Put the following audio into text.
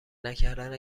نکردن